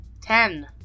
Ten